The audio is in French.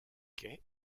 quai